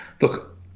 look